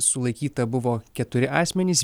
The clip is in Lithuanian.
sulaikyta buvo keturi asmenys